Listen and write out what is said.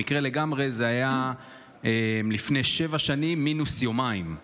במקרה לגמרי זה היה לפני שבע שנים מינוס יומיים: